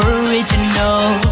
original